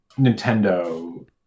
Nintendo